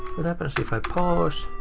what happens if i pause?